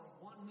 one